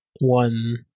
one